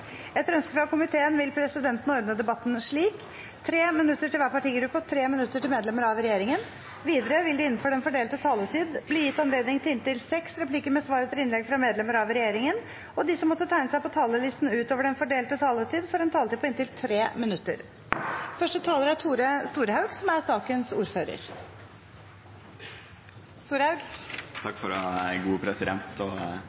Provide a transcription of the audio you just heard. Etter ønske fra helse- og omsorgskomiteen vil presidenten ordne debatten slik: 3 minutter til hver partigruppe og 3 minutter til medlemmer av regjeringen. Videre vil det – innenfor den fordelte taletid – bli gitt anledning til inntil seks replikker med svar etter innlegg fra medlemmer av regjeringen. De som måtte tegne seg på talerlisten utover den fordelte taletid, får en taletid på inntil 3 minutter. Det er et viktig tema som løftes i representantforslaget. I dag er